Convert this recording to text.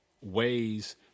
ways